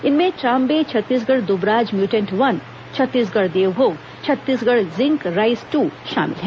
इनमें Trombay Chhattisgarh Dubraj mutant one Chhattisgarh Devbhog Chhattisgarh zinc rice two शामिल हैं